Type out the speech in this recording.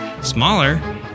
smaller